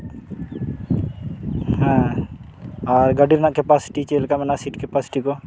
ᱦᱮᱸ ᱟᱨ ᱜᱟᱹᱰᱤ ᱨᱮᱱᱟᱜ ᱠᱮᱯᱟᱥᱤᱴᱤ ᱪᱮᱫᱞᱮᱠᱟ ᱢᱮᱱᱟᱜᱼᱟ ᱥᱤᱴ ᱠᱮᱯᱟᱥᱤᱴᱤ ᱠᱚ